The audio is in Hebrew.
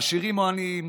עשירים או עניים,